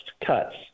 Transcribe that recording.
cuts